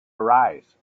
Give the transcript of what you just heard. arise